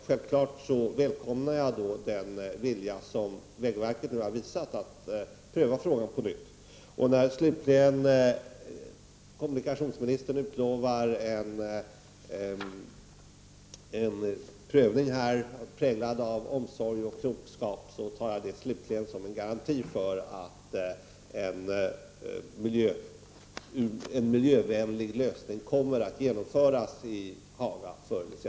Självfallet välkomnar jag den vilja att pröva frågan på nytt som vägverket nu har visat. Slutligen: Kommunikationsministern utlovar här en prövning präglad av omsorg och klokskap. Det tar jag som en garanti för att en miljövänlig lösning förr eller senare kommer att åstadkommas i Haga.